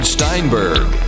Steinberg